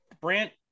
Brant